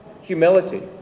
humility